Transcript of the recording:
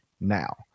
now